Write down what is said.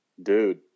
Dude